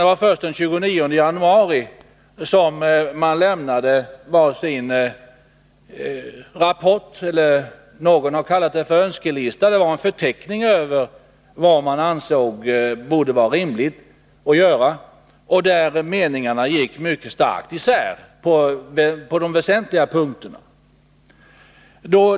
Det var först den 29 januari som man lämnade var sin rapport — eller önskelista, som någon har kallat den för. Det var en förteckning över vad man ansåg borde vara rimligt att göra och där meningarna gick mycket starkt isär på de väsentliga punkterna.